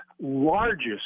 largest